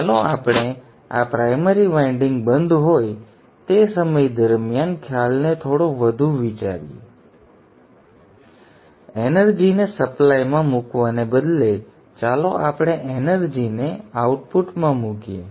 હવે ચાલો આપણે આ પ્રાઇમરી વાઇન્ડિંગ બંધ હોય તે સમય દરમિયાન ખ્યાલને થોડો વધુ વધારીએ એનર્જી ને સપ્લાય માં મૂકવાને બદલે ચાલો આપણે એનર્જીને આઉટપુટમાં મૂકીએ